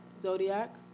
Zodiac